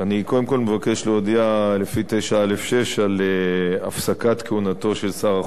אני קודם כול מבקש להודיע לפי 9(א)(6) על הפסקת כהונתו של שר החוץ.